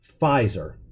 Pfizer